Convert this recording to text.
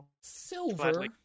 Silver